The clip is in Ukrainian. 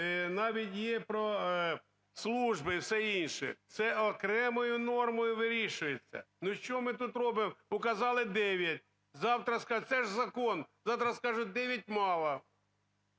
навіть є про служби і все інше. Це окремою нормою вирішується. Ну, що ми тут робимо? Указали 9, завтра скажуть... це ж закон, завтра скажуть, 9 – мало,